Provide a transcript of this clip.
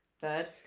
third